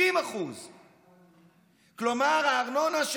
60%. כלומר הארנונה,